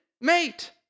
mate